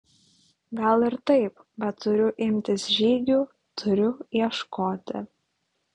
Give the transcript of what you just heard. gal ir taip bet turiu imtis žygių turiu ieškoti